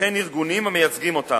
וכן ארגונים המייצגים אותם.